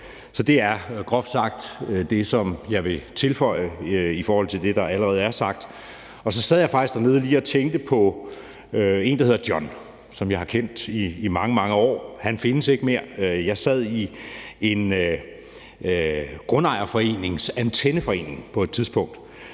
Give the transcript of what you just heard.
Så det er groft sagt det, som jeg vil tilføje i forhold til det, der allerede er sagt. Så sad jeg faktisk dernede og tænkte på en, der hedder John, som jeg har kendt i mange, mange år. Han findes ikke mere. Jeg sad i en grundejerforenings antenneforening på et tidspunkt,